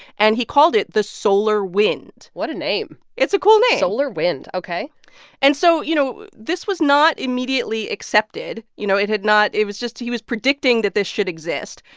and he called it the solar wind what a name it's a cool name solar wind. ok and so, you know, this was not immediately accepted. you know, it had not it was just he was predicting that this should exist.